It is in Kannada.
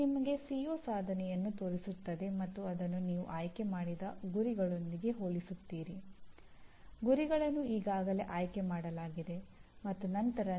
ಅದು ನಿಮಗೆ ಸಿಒ ನಲ್ಲಿ ಸಾಧನೆ ಶೇಕಡಾ 62